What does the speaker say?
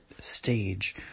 stage